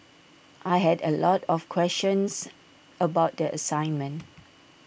I had A lot of questions about the assignment